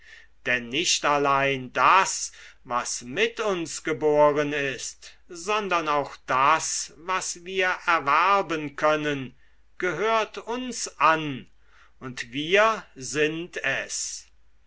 denn nicht allein das was mit uns geboren ist sondern auch das was wir erwerben können gehört uns an und wir sind es